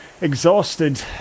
exhausted